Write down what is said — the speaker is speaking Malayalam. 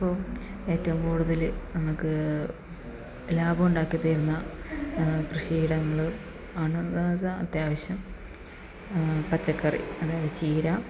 ഇപ്പം ഏറ്റവും കൂടുതല് നമുക്ക് ലാഭം ഉണ്ടാക്കി തരുന്ന കൃഷിയിടങ്ങള് ആണ് അത്യാവശ്യം പച്ചക്കറി അതായത് ചീര